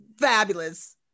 fabulous